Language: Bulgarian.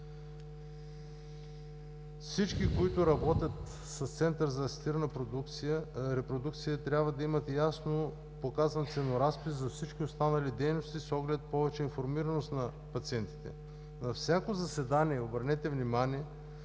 Всички, които работят с Центъра за асистирана репродукция, трябва да имат ясно показан ценоразпис за всички останали дейности с оглед повече информираност на пациентите. На всяко заседание на